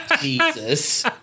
Jesus